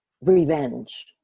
revenge